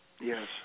Yes